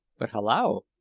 but, hallo!